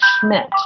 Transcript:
Schmidt